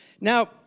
Now